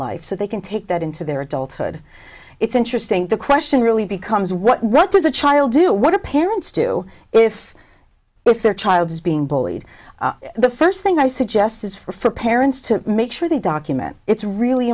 life so they can take that into their adulthood it's interesting the question really becomes what does a child do what a pair it's too if if their child is being bullied the first thing i suggest is for parents to make sure they document it's really